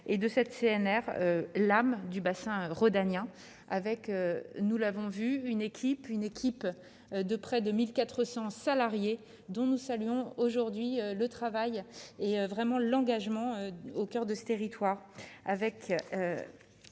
et de sept CNR l'âme du bassin rhodanien avec, nous l'avons vu une équipe, une équipe de près de 1400 salariés dont nous saluons aujourd'hui, le travail est vraiment l'engagement au coeur de s'territoire